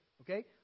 okay